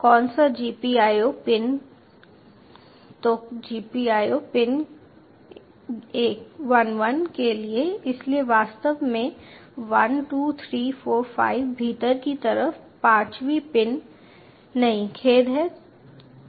कौन सा GPIO pin तो GPIO पिन 11 के लिए इसलिए वास्तव में 1 2 3 4 5 भीतर की तरफ 5 वीं पिन नहीं खेद है 6 वीं पिन है